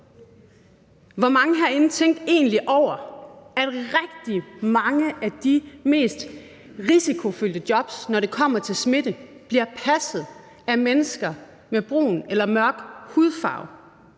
Hvor mange herinde tænkte egentlig over, at rigtig mange af de mest risikofyldte jobs, når det kommer til smitte, bliver passet af mennesker med brun eller mørk hudfarve?